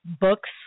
books